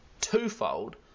twofold